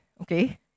Okay